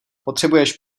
potřebuješ